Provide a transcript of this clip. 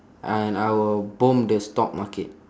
and I will bomb the stock market